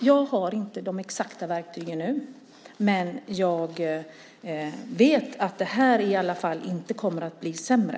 Jag har inte de exakta verktygen nu, men jag vet att det här i alla fall inte kommer att bli sämre.